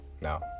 No